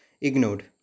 ignored